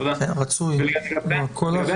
לא ניתן לדעת מאיפה מקור התחלואה,